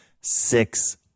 six